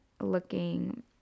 looking